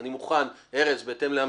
אני מוכן, ארז, בהתאם לאמירתך,